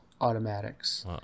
automatics